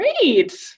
Great